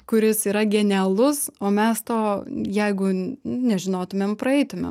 kuris yra genialus o mes to jeigu n nežinotumėm praeitumėm